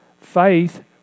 Faith